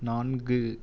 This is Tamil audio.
நான்கு